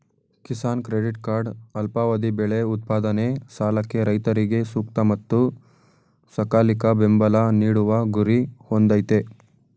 Kisan credit card ಅಲ್ಪಾವಧಿ ಬೆಳೆ ಉತ್ಪಾದನೆ ಸಾಲಕ್ಕೆ ರೈತರಿಗೆ ಸೂಕ್ತ ಮತ್ತು ಸಕಾಲಿಕ ಬೆಂಬಲ ನೀಡುವ ಗುರಿ ಹೊಂದಯ್ತೆ